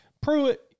Pruitt